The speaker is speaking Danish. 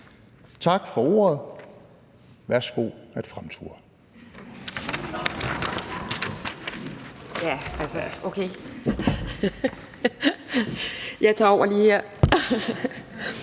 Tak for ordet. Værsgo at fremture!